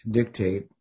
dictate